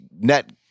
net